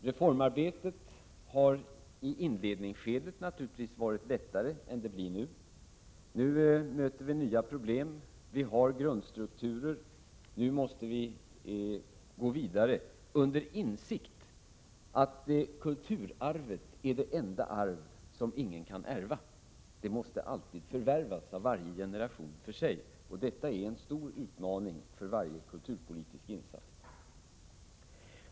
Reformarbetet har naturligtvis varit lättare i inledningsskedet än det blir nu. Nu möter vi nya problem. Vi har grundstrukturen. Nu måste vi gå vidare, i insikt om att kulturarvet är det enda arv som ingen kan ärva — det måste alltid förvärvas av varje generation för sig, och det är en stor utmaning för varje kulturpolitisk insats.